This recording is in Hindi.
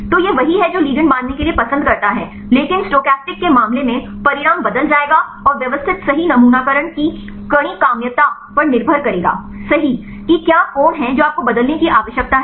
तो यह वही है जो लिगेंड बांधने के लिए पसंद करता है लेकिन स्टोकेस्टिक के मामले में परिणाम बदल जाएगा और व्यवस्थित सही नमूनाकरण की कणिकामयता पर निर्भर करेगा सही कि क्या कोण है जो आपको बदलने की आवश्यकता है